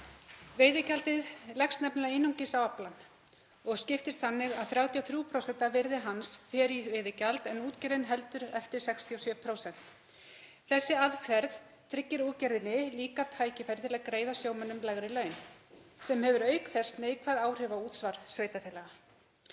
Veiðigjaldið leggst nefnilega einungis á aflann og skiptist þannig að 33% af virði hans fer í veiðigjald en útgerðin heldur eftir 67%. Þessi aðferð tryggir útgerðinni líka tækifæri til að greiða sjómönnum lægri laun sem hefur auk þess neikvæð áhrif á útsvar sveitarfélaga.